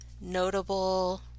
notable